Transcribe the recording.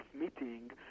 meeting